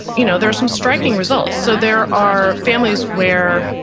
you know there are some striking results. so there are families where